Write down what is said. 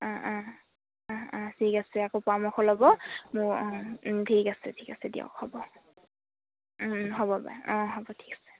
অঁ অঁ অঁ অঁ ঠিক আছে আকৌ পৰামৰ্শ ল'ব মোৰ অঁ ঠিক আছে ঠিক আছে দিয়ক হ'ব হ'ব বাৰু অঁ হ'ব ঠিক আছে